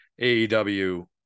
AEW